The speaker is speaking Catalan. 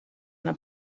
una